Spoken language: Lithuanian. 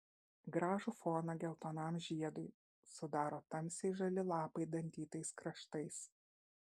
gražų foną geltonam žiedui sudaro tamsiai žali lapai dantytais kraštais